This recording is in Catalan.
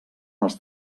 els